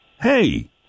hey